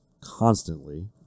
constantly